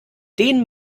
den